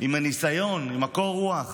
עם הניסיון, עם קור הרוח,